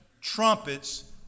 trumpets